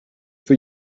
for